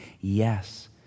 yes